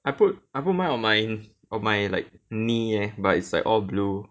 I put I put mine on my on my like knee leh but it's like all blue